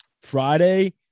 Friday